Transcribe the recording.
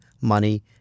money